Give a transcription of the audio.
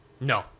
No